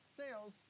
sales